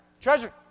Treasure